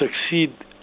succeed